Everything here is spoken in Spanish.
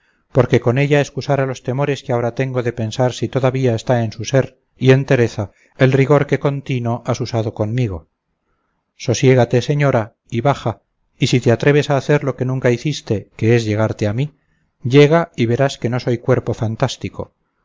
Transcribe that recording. porque con ella escusara los temores que ahora tengo de pensar si todavía está en su ser y entereza el rigor que contino has usado conmigo sosiégate señora y baja y si te atreves a hacer lo que nunca hiciste que es llegarte a mí llega y verás que no soy cuerpo fantástico